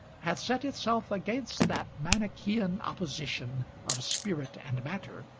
had set itself against that manichean opposition of spirit and matter,